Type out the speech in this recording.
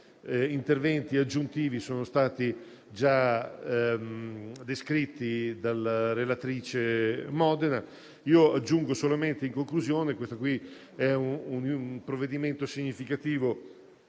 interventi aggiuntivi sono stati già descritti dalla relatrice Modena. Io aggiungo solamente, in conclusione, che quello in esame è un provvedimento significativo,